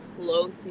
close